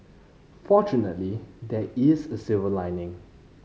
fortunately there is a silver lining